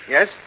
Yes